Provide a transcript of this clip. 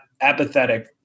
apathetic